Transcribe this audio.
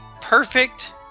perfect